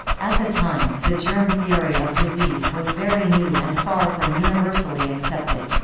at the time, the germ theory of disease was very new and far from universally accepted.